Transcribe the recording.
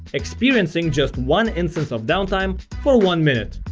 experiencing just one instance of downtime for one minute.